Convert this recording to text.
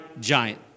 giant